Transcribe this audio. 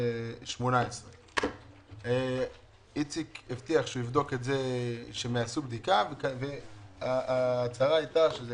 18. איציק הבטיח שהם יעשו בדיקה וההצהרה הייתה שזה